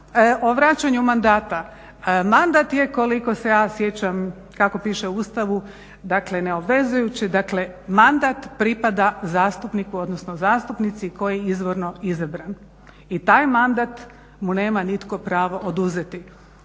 vraćanju mandata, mandat je koliko se ja sjećam kako piše u Ustavu neobvezujući, dakle mandat pripada zastupniku odnosno zastupnici koji je izvorno izabran. I taj mandat mu nema nitko pravo oduzeti.